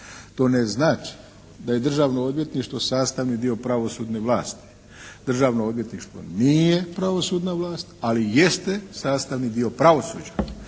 To ne znači da je Državno odvjetništvo sastavni dio pravosudne vlasti. Državno odvjetništvo nije pravosudna vlast ali jeste sastavni dio pravosuđa,